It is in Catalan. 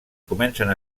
comencen